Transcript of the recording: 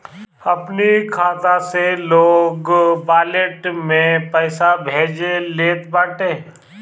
अपनी खाता से लोग वालेट में पईसा भेज लेत बाटे